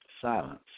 silence